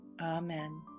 amen